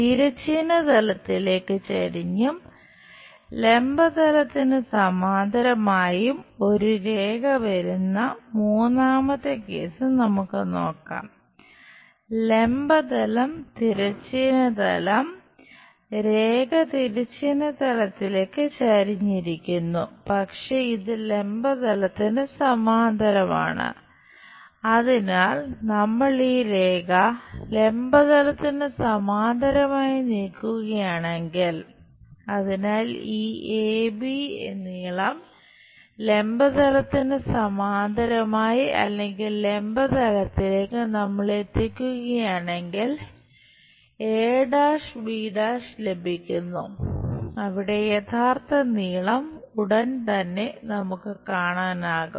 തിരശ്ചീന തലത്തിലേക്ക് ചെരിഞ്ഞും ലംബ തലത്തിന് സമാന്തരമായും ഒരു രേഖ വരുന്ന മൂന്നാമത്തെ കേസ് ലഭിക്കുന്നു അവിടെ യഥാർത്ഥ നീളം ഉടൻ തന്നെ നമുക്ക് കാണാനാകും